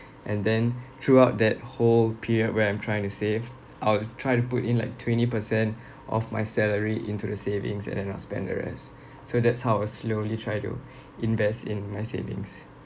and then throughout that whole period where I'm trying to save I'll try to put in like twenty percent of my salary into the savings and then I'll spend the rest so that's how I slowly try to invest in my savings